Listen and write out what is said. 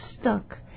stuck